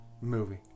movie